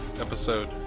episode